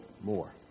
more